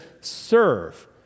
serve